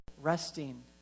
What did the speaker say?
resting